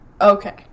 Okay